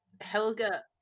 Helga